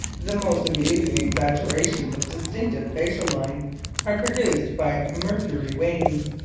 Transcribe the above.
the most amusing exaggerations of distinctive facial lines are produced by mercury wings.